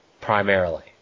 primarily